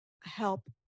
help